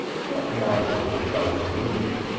not my sort of ghost wouldn't,